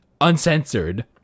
Uncensored